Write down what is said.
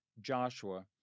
Joshua